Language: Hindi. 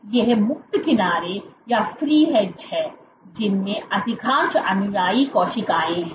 तो ये मुक्त किनारे हैं जिनमें अधिकांश अनुयायी कोशिकाएं हैं